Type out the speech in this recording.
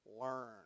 Learn